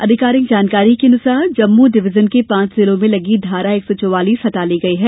आधिकारिक जानकारी के अनुसार जम्मू डिवीजन के पांच जिलों में लगी धारा एक सौ चवालीस हटा ली गई है